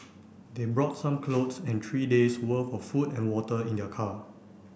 they brought some clothes and three days worth of food and water in their car